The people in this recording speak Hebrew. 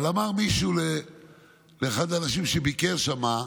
אבל אמר מישהו לאחד האנשים שביקרו שם,